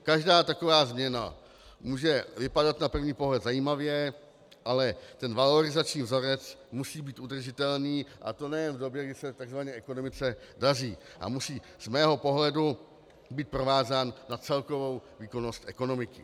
Každá taková změna může vypadat na první pohled zajímavě, ale ten valorizační vzorec musí být udržitelný, a to nejen v době, kdy se takzvaně ekonomice daří, a musí být z mého pohledu provázán na celkovou výkonnost ekonomiky.